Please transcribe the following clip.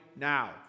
now